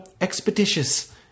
expeditious